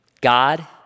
God